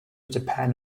depend